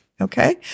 okay